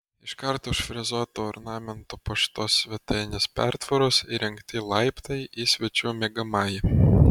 iškart už frezuotu ornamentu puoštos svetainės pertvaros įrengti laiptai į svečių miegamąjį